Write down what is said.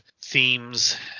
themes